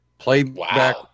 Playback